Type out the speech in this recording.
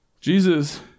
Jesus